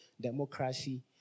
democracy